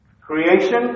Creation